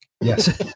Yes